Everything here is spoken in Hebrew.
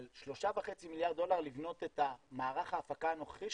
אבל שלושה וחצי מיליארד דולר לבנות את מערך ההפקה הנוכחי,